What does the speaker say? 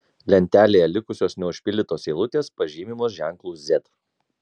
lentelėje likusios neužpildytos eilutės pažymimos ženklu z